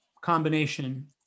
combination